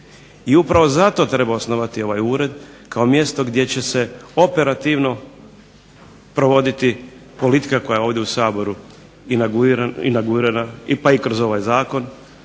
I upravo zato treba osnovati ovaj ured kao mjesto gdje će se operativno provoditi politika koja je ovdje u Saboru inaugurirana pa i kroz ovaj zakon